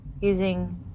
using